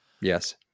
Yes